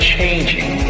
Changing